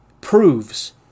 proves